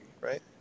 right